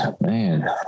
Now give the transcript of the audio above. Man